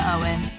Owen